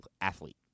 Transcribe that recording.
athlete